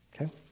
okay